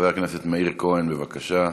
חבר הכנסת מאיר כהן, בבקשה.